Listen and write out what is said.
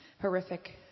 horrific